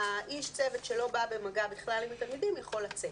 איש הצוות שלא בא במגע בכלל עם התלמידים יכול לצאת.